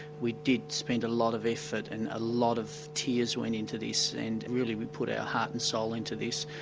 we did spend a lot of effort and a lot of tears went into this, and really we put our heart and soul into this,